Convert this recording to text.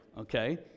okay